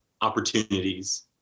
opportunities